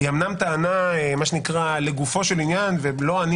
היא אמנם טענה לגופו של עניין ולא אני